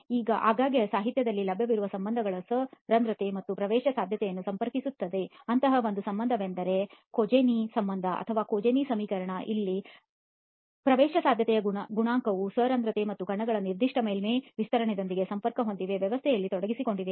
ಈಗ ಆಗಾಗ್ಗೆ ಸಾಹಿತ್ಯದಲ್ಲಿ ಲಭ್ಯವಿರುವ ಸಂಬಂಧಗಳು ಸರಂಧ್ರತೆ ಮತ್ತು ಪ್ರವೇಶಸಾಧ್ಯತೆಯನ್ನು ಸಂಪರ್ಕಿಸುತ್ತವೆ ಅಂತಹ ಒಂದು ಸಂಬಂಧವೆಂದರೆ ಕೊಜೆನಿ ಸಂಬಂಧ ಅಥವಾ ಕೊಜೆನಿ ಸಮೀಕರಣ ಇಲ್ಲಿ ಪ್ರವೇಶಸಾಧ್ಯತೆಯ ಗುಣಾಂಕವು ಸರಂಧ್ರತೆ ಮತ್ತು ಕಣಗಳ ನಿರ್ದಿಷ್ಟ ಮೇಲ್ಮೈ ವಿಸ್ತೀರ್ಣದೊಂದಿಗೆ ಸಂಪರ್ಕ ಹೊಂದಿದೆ ವ್ಯವಸ್ಥೆಯಲ್ಲಿ ತೊಡಗಿಸಿಕೊಂಡಿದೆ